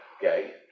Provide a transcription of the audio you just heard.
okay